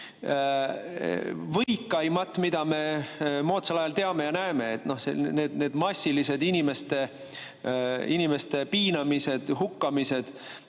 võikaimat, mida me moodsal ajal teame ja oleme näinud. Need massilised inimeste piinamised, hukkamised